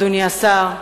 אדוני השר,